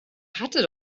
hatte